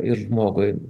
ir žmogui